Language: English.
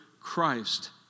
Christ